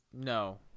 No